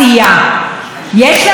לא, אין להם.